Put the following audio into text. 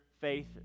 faith